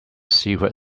secret